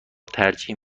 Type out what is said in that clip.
ترجیح